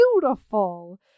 beautiful